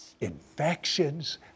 infections